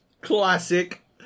classic